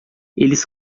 eles